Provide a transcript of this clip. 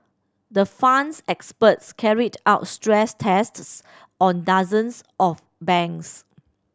the Fund's experts carried out stress tests on dozens of banks